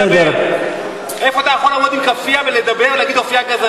איך אתה מעז לומר את זה?